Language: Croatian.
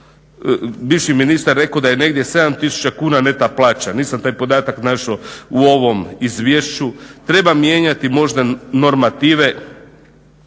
bivši ministar rekao da je negdje 7 tisuća kuna neto plaća, nisam taj podatak našao u ovom izvješću. Treba mijenjati možda normative,